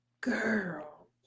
Girl